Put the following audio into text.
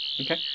Okay